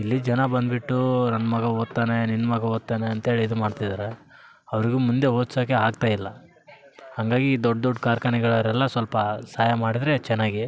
ಇಲ್ಲಿ ಜನ ಬಂದುಬಿಟ್ಟು ನನ್ನ ಮಗ ಓದ್ತಾನೆ ನಿನ್ನ ಮಗ ಓದ್ತಾನೆ ಅಂತೇಳಿ ಇದು ಮಾಡ್ತಿದ್ದಾರೆ ಅವ್ರಿಗು ಮುಂದೆ ಓದ್ಸೋಕ್ಕೆ ಆಗ್ತಾಯಿಲ್ಲ ಹಂಗಾಗಿ ದೊಡ್ಡ ದೊಡ್ಡ ಕಾರ್ಖಾನೆಗಳೋರೆಲ್ಲ ಸ್ವಲ್ಪ ಸಹಾಯ ಮಾಡಿದರೆ ಚೆನ್ನಾಗಿ